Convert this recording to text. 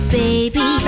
baby